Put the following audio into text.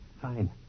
Fine